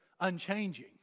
unchanging